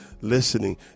listening